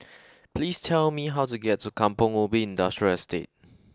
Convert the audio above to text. please tell me how to get to Kampong Ubi Industrial Estate